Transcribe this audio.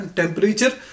temperature